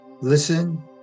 listen